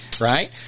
Right